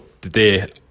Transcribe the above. today